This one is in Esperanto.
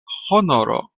honoro